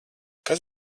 kas